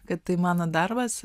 kad tai mano darbas